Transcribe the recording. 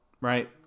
Right